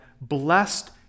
blessed